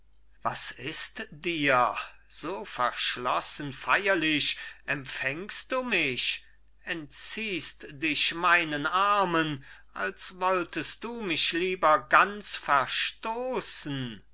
was ist dir so verschlossen feierlich empfängst du mich entziehst dich meinen armen als wolltest du mich lieber ganz verstoßen